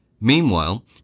Meanwhile